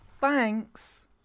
Thanks